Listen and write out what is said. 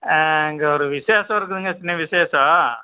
ஆ இங்கே ஒரு விசேஷம் இருக்குதுங்க சின்ன விசேஷம்